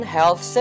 Health